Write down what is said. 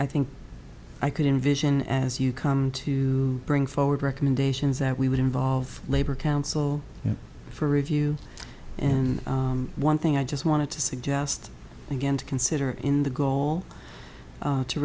i think i could envision as you come to bring forward recommendations that we would involve labor council for review and one thing i just wanted to suggest again to consider in the goal